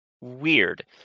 weird